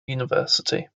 university